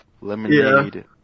lemonade